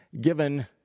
given